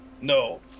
No